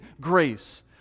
grace